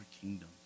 kingdom